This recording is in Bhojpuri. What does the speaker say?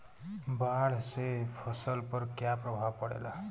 बाढ़ से फसल पर क्या प्रभाव पड़ेला?